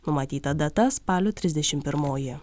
numatyta data spalio trisdešim pirmoji